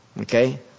Okay